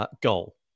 goal